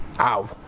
ow